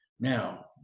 Now